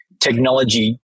technology